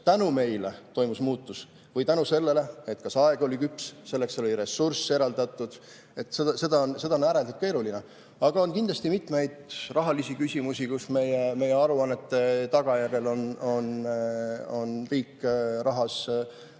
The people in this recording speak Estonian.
tänu meile toimus muutus või tänu sellele, et aeg oli küps, selleks oli ressurss eraldatud, on ääretult keeruline. Aga on kindlasti mitmeid rahalisi küsimusi, kus meie aruannete tagajärjel on riik rahas